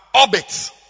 orbits